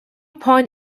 point